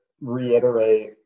reiterate